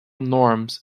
norms